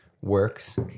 works